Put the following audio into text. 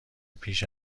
پیش